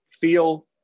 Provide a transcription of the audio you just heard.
feel